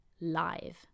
live